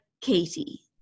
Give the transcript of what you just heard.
Katie